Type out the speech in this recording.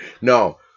No